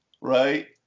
right